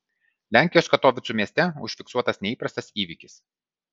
lenkijos katovicų mieste užfiksuotas neįprastas įvykis